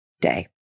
day